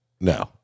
No